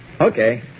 Okay